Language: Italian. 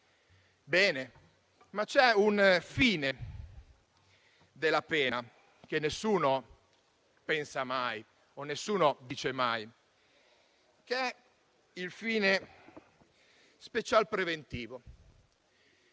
Bene, ma c'è un fine della pena, cui nessuno pensa mai e di cui nessuno parla mai, che è il fine speciale preventivo.